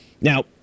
Now